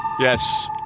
Yes